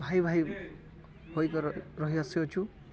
ଭାଇ ଭାଇ ହୋଇକର ରହିଆସୁଅଛୁ